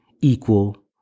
equal